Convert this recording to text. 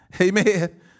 Amen